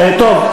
טוב.